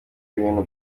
ibintu